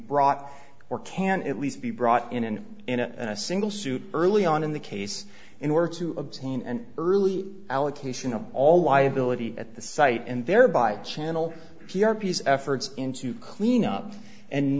brought or can at least be brought in and in a single suit early on in the case in order to obtain and early allocation of all liability at the site and thereby channel p r peace efforts into cleanup and